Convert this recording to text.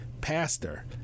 pastor